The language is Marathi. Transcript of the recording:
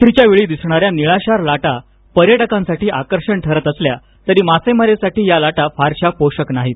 रात्रीच्या वेळी दिसणाऱ्या निळाशार लाटा लाटा पर्यटकांसाठी आकर्षण ठरत असल्यातरी मासेमारीसाठी या लाटा फारशा पोषक नाहीत